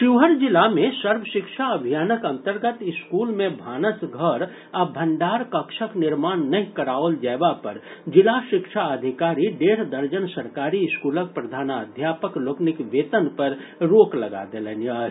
शिवहर जिला मे सर्वशिक्षा अभियानक अंतर्गत स्कूल मे भांनस घर आ भंडार कक्षक निर्माण नहि कराओल जयबा पर जिला शिक्षा अधिकारी डेढ़ दर्जन सरकारी स्कूलक प्रधानाध्यापक लोकनिक वेतन पर रोक लगा देलनि अछि